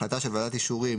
החלטה של ועדת אישורים